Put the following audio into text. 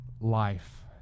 life